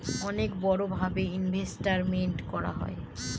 অনেক বড়ো ভাবে ইনভেস্টমেন্ট করা হয়